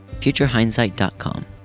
futurehindsight.com